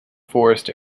forest